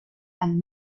and